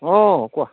অঁ কোৱা